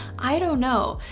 i don't know,